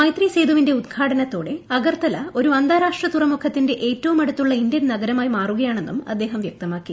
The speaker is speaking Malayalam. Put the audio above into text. മൈത്രി സേതുവിന്റെ ഉദ്ഘാടന്റെത്തോടെ അഗർത്തല ഒരു അന്താരാഷ്ട്ര തുറമുഖത്തിന്റെ ഏറ്റവും അടുത്തുള്ള ഇന്ത്യൻ നഗരമായി മാറുകയാണെന്നും അദ്ദേഹം വ്യക്തമാക്കി